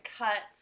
cut